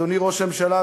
אדוני ראש הממשלה,